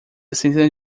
centenas